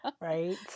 Right